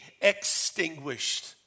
extinguished